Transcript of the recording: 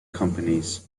companies